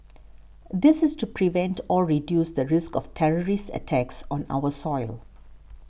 this is to prevent or reduce the risk of terrorist attacks on our soil